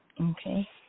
Okay